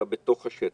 אלא בתוך השטח.